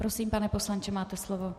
Prosím, pane poslanče, máte slovo.